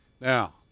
Now